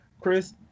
Chris